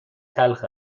تلخ